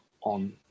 on